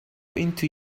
into